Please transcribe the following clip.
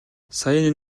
саяын